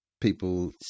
people